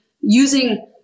using